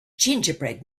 gingerbread